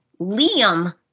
Liam